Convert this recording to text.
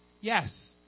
Yes